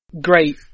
great